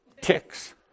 ticks